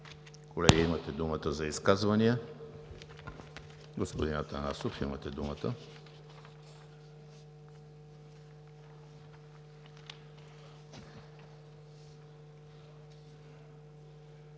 Колеги, имате думата за изказвания. Господин Атанасов, имате думата.